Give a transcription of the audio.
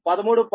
15 13